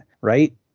right